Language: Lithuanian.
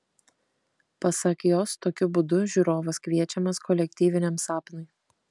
pasak jos tokiu būdu žiūrovas kviečiamas kolektyviniam sapnui